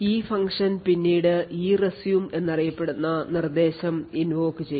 ഈ ഫംഗ്ഷൻ പിന്നീട് ERESUME എന്നറിയപ്പെടുന്ന നിർദ്ദേശം invoke ചെയ്യും